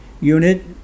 unit